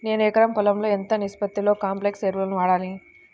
నేను ఎకరం పొలంలో ఎంత నిష్పత్తిలో కాంప్లెక్స్ ఎరువులను వాడాలి?